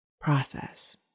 process